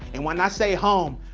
and when i say home,